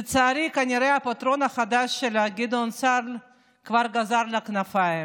לצערי כנראה הפטרון החדש שלה גדעון סער כבר קצץ לה את הכנפיים.